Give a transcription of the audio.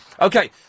Okay